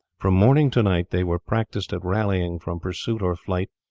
from morning to night they were practised at rallying from pursuit or flight,